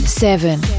Seven